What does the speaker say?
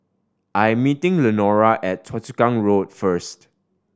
I am meeting Lenora at Choa Chu Kang Road first